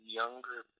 younger